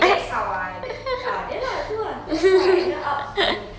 that's how I that ah then lah itu lah that's how I ended up in